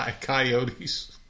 coyotes